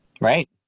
Right